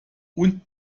und